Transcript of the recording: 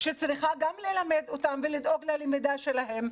שצריכה גם ללמד אותם ולדאוג ללמידה שלהם,